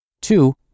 Two